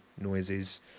noises